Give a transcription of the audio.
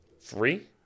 three